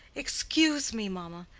excuse me, mamma.